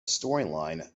storyline